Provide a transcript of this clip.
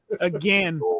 again